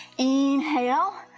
inhale,